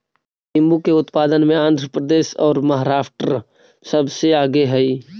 नींबू के उत्पादन में आंध्र प्रदेश और महाराष्ट्र सबसे आगे हई